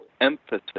emphasis